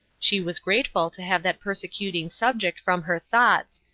she was grateful to have that persecuting subject from her thoughts,